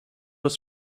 was